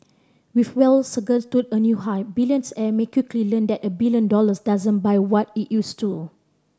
with wealth to a new high may quickly learn that a billion dollars doesn't buy what it used to